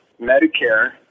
Medicare